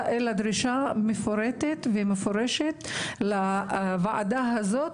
אלא דרישה מפורטת ומפורשת לוועדה הזאת,